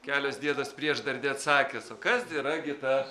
kelios dienos prieš dar neatsakęs o kas yra gi ta